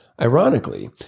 Ironically